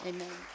Amen